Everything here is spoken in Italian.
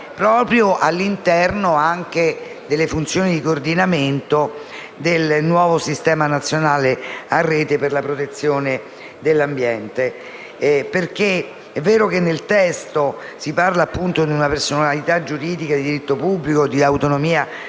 proprio all'interno delle funzioni di coordinamento del nuovo Sistema nazionale a rete per la protezione dell'ambiente. È vero che nel testo si parla di personalità giuridica di diritto pubblico e di autonomia